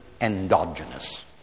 endogenous